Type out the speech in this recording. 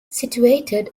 situated